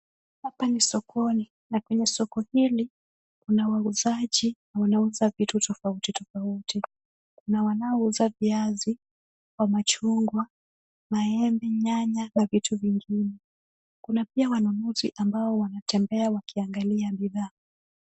Hapa ni sokoni na kwenye soko hili kuna wauzaji wanauza vitu tofauti tofauti. Kuna wanaouza viazi na machungwa, maembe, nyanya na vitu vingine. Kuna pia wanunuzi ambao wanatembea wakiangalia bidhaa.